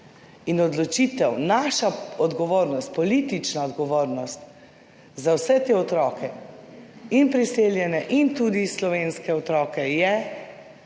In odločitev, naša odgovornost, politična odgovornost za vse te otroke, priseljene in tudi slovenske otroke, je,